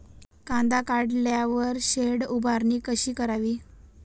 कांदा काढल्यावर शेड उभारणी कशी करावी?